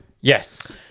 Yes